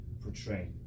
portray